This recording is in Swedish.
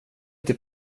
inte